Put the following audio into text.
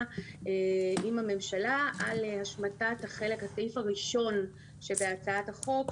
עם הממשלה על השמטת הסעיף הראשון שבהצעת החוק.